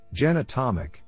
genatomic